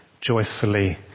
joyfully